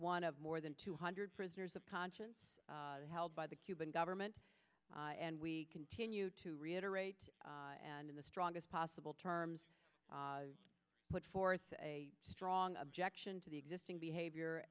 one of more than two hundred prisoners of conscience held by the cuban government and we continue to reiterate and in the strongest possible terms put forth a strong objection to the existing behavior